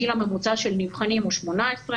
הגיל הממוצע של נבחנים הוא 18. כלומר,